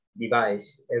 device